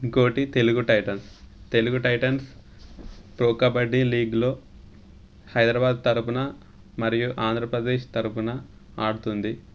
ఇంకోటి Telugu Titans Telugu Titans pro kabaddi లీగ్లో హైదరాబాద్ తరపున మరియు ఆంధ్రప్రదేశ్ తరపున ఆడుతుంది